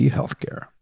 Healthcare